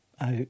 out